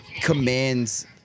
commands